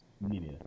Media